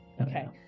Okay